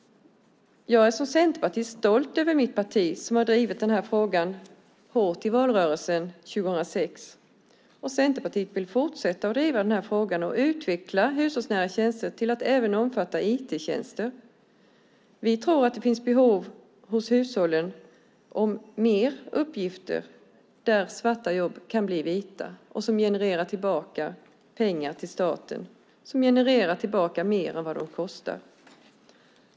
Jag är som centerpartist stolt över mitt parti som drev den här frågan hårt i valrörelsen 2006. Centerpartiet vill fortsätta att driva den här frågan och utveckla hushållsnära tjänster till att även omfatta IT-tjänster. Vi tror att det finns behov hos hushållen av mer uppgifter. Där kan svarta jobb bli vita, som genererar pengar tillbaka till staten, som genererar tillbaka mer än vad de kostar.